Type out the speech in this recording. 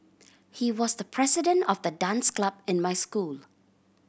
he was the president of the dance club in my school